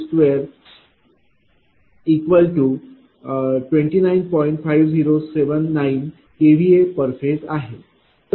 5079kVAphase आहे